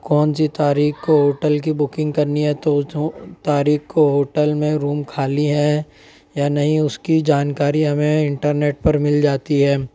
کون سی تاریخ کو ہوٹل کی بکنگ کرنی ہے تو اس تاریخ کو ہوٹل میں روم خالی ہے یا نہیں اس کی جانکاری ہمیں انٹرنیٹ پر مل جاتی ہے